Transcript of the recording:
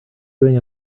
doing